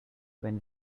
when